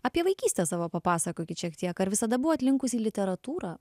apie vaikystę savo papasakokit šiek tiek ar visada buvot linkusi į literatūrą